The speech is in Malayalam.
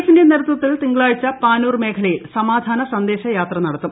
എഫിന്റെ നേതൃത്വത്തിൽ തിങ്കളാഴ്ച പാനൂർ മേഖലയിൽ സമാധാന സന്ദേശയാത്ര നടത്തും